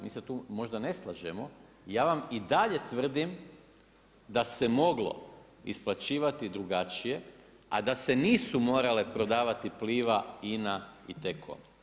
Mi se sad tu možda ne slažemo, ja vam i dalje tvrdim da se moglo isplaćivati drugačije, a da se nisu morale prodavati Pliva, INA i T-COM.